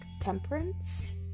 temperance